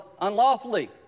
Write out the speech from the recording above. unlawfully